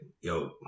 yo